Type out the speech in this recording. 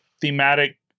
thematic